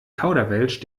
kauderwelsch